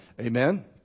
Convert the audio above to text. Amen